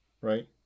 right